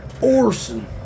Orson